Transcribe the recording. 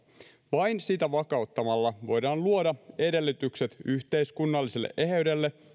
vain sitä vakauttamalla voidaan luoda edellytykset yhteiskunnalliselle eheydelle